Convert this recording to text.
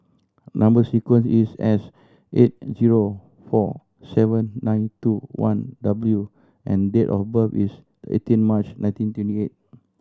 number sequence is S eight zero four seven nine two one W and date of birth is eighteen March nineteen twenty eight